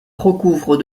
recouvre